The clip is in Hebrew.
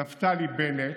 נפתלי בנט,